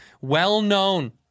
Well-known